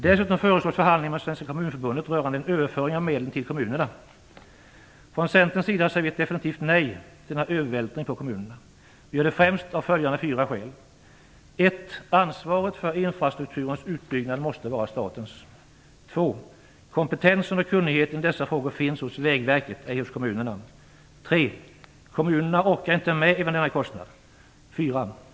Dessutom föreslås förhandlingar med Svenska Från Centerns sida säger vi ett definitivt nej till denna övervältring på kommunerna. Vi gör det främst av följande fyra skäl: 1. Ansvaret för infrastrukturens utbyggnad måste vara statens. 2. Kompetensen och kunnigheten i dessa frågor finns hos Vägverket, ej hos kommunerna. 3. Kommunerna orkar inte med även denna kostnad. 4.